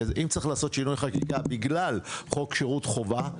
אם צריך לעשות שינוי חקיקה בגלל חוק שירות חובה,